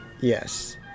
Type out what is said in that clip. Yes